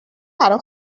برا